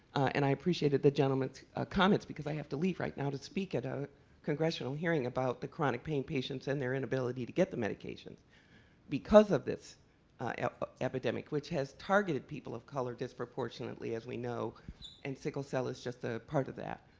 and i appreciated the gentleman's comments because i have to leave right now to speak at a congressional hearing about the chronic pain patients and their inability to get the medication because of this ah epidemic, which has targeted people color disproportionately as we know and sickle cell is just a part of that.